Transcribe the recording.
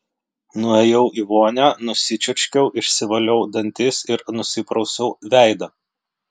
nuėjau į vonią nusičiurškiau išsivaliau dantis ir nusiprausiau veidą